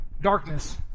darkness